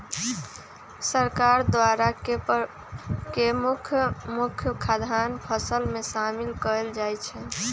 सरकार द्वारा के मुख्य मुख्य खाद्यान्न फसल में शामिल कएल जाइ छइ